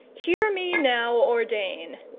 hear me now ordain.